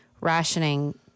rationing